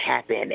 happen